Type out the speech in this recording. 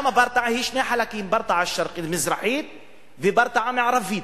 לברטעה יש שני חלקים, ברטעה מזרחית וברטעה מערבית.